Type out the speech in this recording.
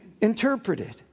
interpreted